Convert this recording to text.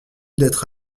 d’être